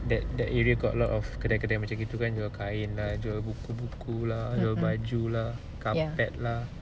mmhmm ya